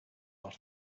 after